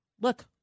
look